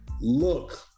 look